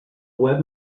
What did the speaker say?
web